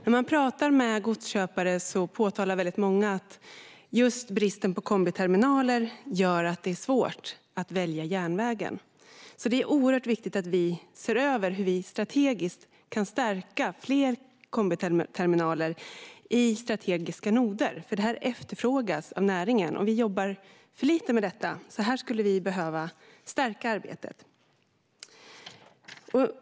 När man pratar med godsköpare påtalar väldigt många att just bristen på kombiterminaler gör att det är svårt att välja järnvägen. Det är oerhört viktigt att vi ser över hur vi strategiskt kan stärka fler kombiterminaler i strategiska noder, för det här efterfrågas av näringen, och vi jobbar för lite med detta. Här skulle vi behöva stärka arbetet.